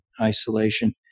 isolation